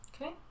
Okay